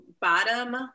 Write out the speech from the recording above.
bottom